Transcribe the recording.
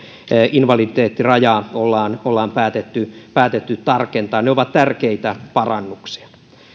invaliditeettirajaa ollaan päätetty päätetty tarkentaa ne ovat tärkeitä parannuksia